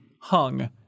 hung